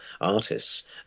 artists